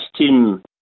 team